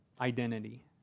identity